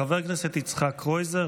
חבר הכנסת יצחק קרויזר,